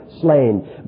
slain